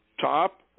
top